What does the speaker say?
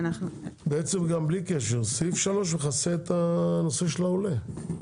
גם בלי קשר, סעיף (3) מכסה את הנושא של העולה.